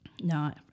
No